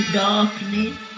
darkness